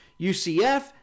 UCF